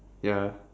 ya